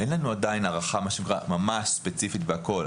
אין לנו הערכה ספציפית לכול,